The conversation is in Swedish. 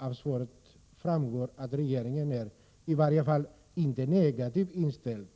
Av svaret framgår det att regeringen i varje fall inte är negativt inställd